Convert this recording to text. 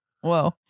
Whoa